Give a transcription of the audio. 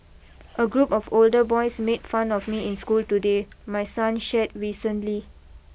a group of older boys made fun of me in school today my son shared recently